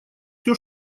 всё